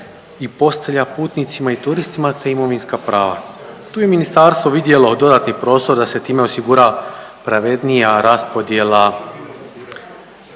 i postelja putnicima i turistima, te imovinska prava. Tu je ministarstvo vidjelo dodatni prostor da se time osigura pravednija raspodjela